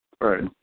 right